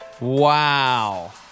Wow